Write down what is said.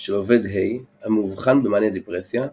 של עובד-ה' המאובחן במניה דיפרסיה,